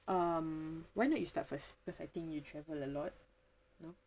um why not you start first because I think you travel a lot you know